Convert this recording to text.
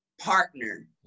partner